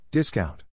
Discount